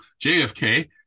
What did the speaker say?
JFK